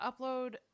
upload